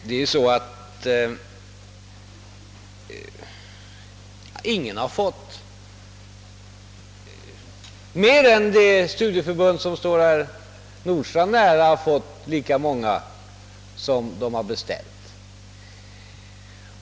Det är så, att inget studieförbund har fått mer material än det förbund som står herr Nordstrandh nära, och där har man fått lika många exemplar som man beställt.